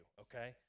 okay